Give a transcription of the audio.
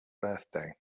birthday